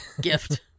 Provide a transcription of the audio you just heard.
gift